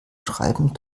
schreiben